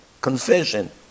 Confession